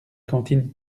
cantine